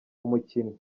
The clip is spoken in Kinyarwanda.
umukinnyi